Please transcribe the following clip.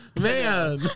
Man